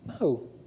No